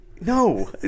No